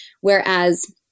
Whereas